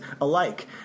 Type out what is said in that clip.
alike